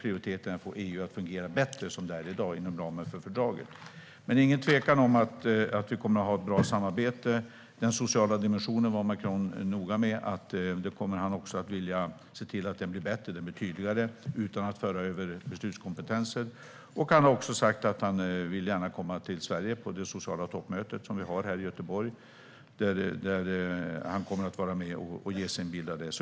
Prioriteten för oss är att få EU som det är i dag att fungera bättre inom ramen för fördraget. Men det är inget tvivel om att vi kommer att ha ett bra samarbete. Den sociala dimensionen var Macron tydlig om - också han vill se till att den blir bättre och tydligare utan att man för över beslutskompetenser. Macron har också sagt att han gärna kommer till Sverige på det sociala toppmötet som vi ska ha i Göteborg. Han kommer att vara med och ge sin bild.